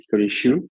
issue